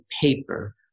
paper